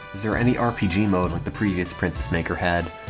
is there any rpg mode like the previous princess maker had?